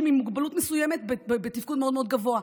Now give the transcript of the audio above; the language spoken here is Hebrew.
עם מוגבלות מסוימת בתפקוד מאוד מאוד גבוה,